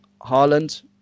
Haaland